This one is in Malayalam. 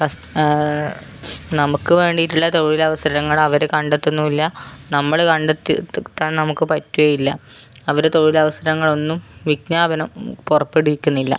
കസ് നമുക്ക് വേണ്ടിയിട്ടുള്ള തൊഴിലവസരങ്ങൾ അവര് കണ്ടെത്തുന്നുമില്ല നമ്മൾ കണ്ടെത്ത് നമുക്ക് പറ്റുകയുമില്ല അവര് തൊഴിലവസരങ്ങളൊന്നും വിജ്ഞാപനം പുറപ്പെടുവിക്കുന്നുമില്ല